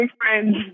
friends